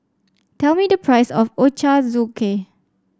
tell me the price of Ochazuke